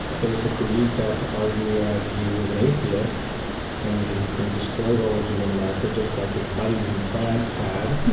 basically used that to argue that he was an atheist and that he was going to destroy religion in america, just like his buddies in france had.